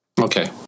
Okay